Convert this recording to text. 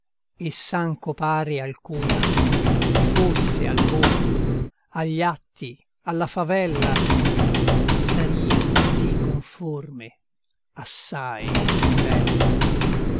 e s'anco pari alcuna ti fosse al volto agli atti alla favella saria così conforme assai men bella